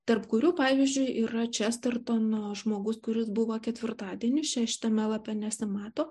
tarp kurių pavyzdžiui yra čestertono žmogus kuris buvo ketvirtadienis čia šitame lape nesimato